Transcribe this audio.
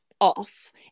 off